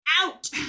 out